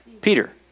Peter